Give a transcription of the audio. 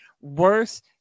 worse